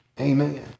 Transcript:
Amen